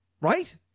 Right